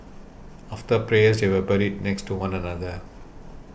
after prayers they were buried next to one another